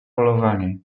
polowanie